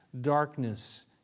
darkness